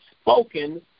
spoken